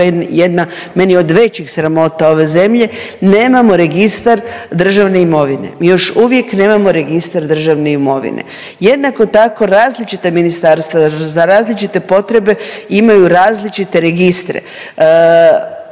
jedna meni od većih sramota ove zemlje nemamo registar državne imovine, mi još uvijek nemamo registar državne imovine. Jednako tako različita ministarstva za različite potrebe imaju različite registre.